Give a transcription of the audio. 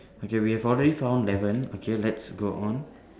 okay we have already found eleven okay let's go on